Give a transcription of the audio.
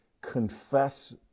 confess